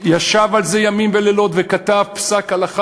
ישב על זה ימים ולילות וכתב פסק הלכה